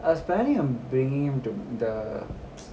I was planning on bringing him to the